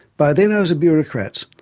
by then i was a bureaucrat,